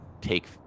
take